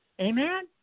Amen